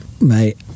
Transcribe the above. Mate